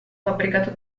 fabbricato